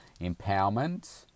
empowerment